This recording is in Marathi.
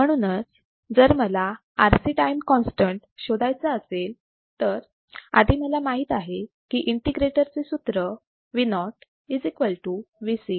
म्हणूनच जर मला RC टाईम कॉन्स्टंट शोधायचा असेल तर आधी मला माहित आहे की इंटिग्रेटर चे सूत्र Vo Vc असे आहे बरोबर